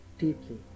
Deeply